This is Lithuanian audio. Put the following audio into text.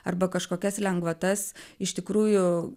arba kažkokias lengvatas iš tikrųjų